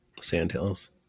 Sandhills